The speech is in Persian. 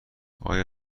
آیا